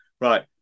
right